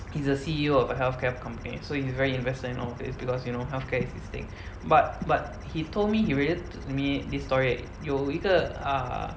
he's a C_E_O of a healthcare company so he's very invested in all this because you know healthcare is his thing but but he told me he related to me this story 有一个 uh